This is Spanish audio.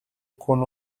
con